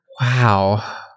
Wow